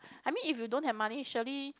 I mean if you don't have money surely